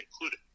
included